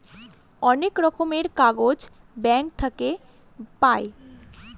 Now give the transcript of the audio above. অনেক রকমের কাগজ ব্যাঙ্ক থাকে পাই